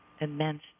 immense